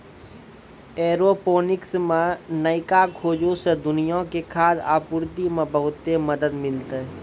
aeroponics मे नयका खोजो से दुनिया के खाद्य आपूर्ति मे बहुते मदत मिलतै